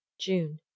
June